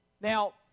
Now